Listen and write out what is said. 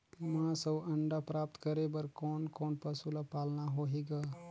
मांस अउ अंडा प्राप्त करे बर कोन कोन पशु ल पालना होही ग?